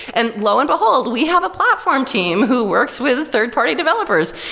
and lo and behold, we have a platform team who works with third-party developers.